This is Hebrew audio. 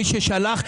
מי ששלח,